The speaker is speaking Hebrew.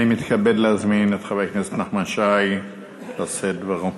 אני מתכבד להזמין את חבר הכנסת נחמן שי לשאת דברו.